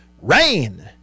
Rain